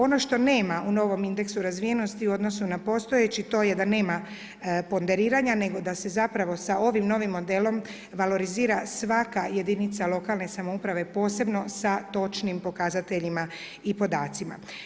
Ono što nema u novom indeksu razvijenosti u odnosu na postojeći, to je da nema ponderiranja nego da se sa ovim novim modelom valorizira svaka jedinica lokalne samouprave posebno sa točnim pokazateljima i podacima.